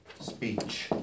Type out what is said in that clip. speech